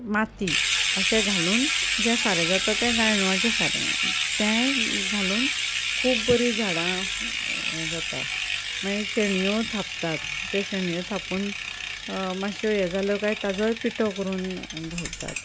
माती अशें घालून जें सारें जाता तें गायडोळाचें सारें तें घालून खूब बरी झाडां यें जाता माई शेणयो थापतात त्यो शेणयो थापून मातश्यो यें जाल्यो काय ताजोय पिटो करून घालतात